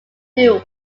blue